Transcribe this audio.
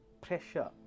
pressure